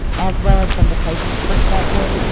as well as from the patient perspective,